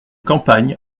campagne